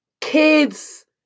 Kids